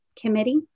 committee